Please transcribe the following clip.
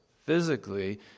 physically